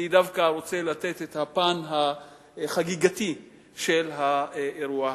אני דווקא רוצה לתת את הפן החגיגי של האירוע הזה.